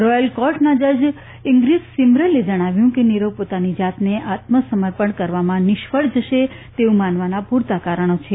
royal કોર્ટના જજ Ingrid સીમરલે જણાવ્યું કે નિરવ પોતાની જાતને આત્મ સમર્પણ કરવામાં નિષ્ફળ જશે તેવા માનવાને પુરતા કારણો છે